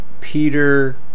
Peter